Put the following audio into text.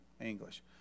English